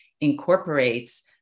incorporates